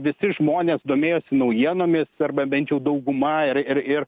visi žmonės domėjosi naujienomis arba bent jau dauguma ir ir ir